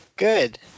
good